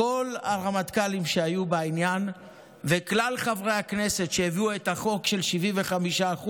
כל הרמטכ"לים שהיו בעניין וכלל חברי הכנסת שהביאו את החוק של 75%,